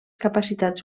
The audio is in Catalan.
capacitats